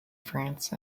france